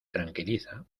tranquiliza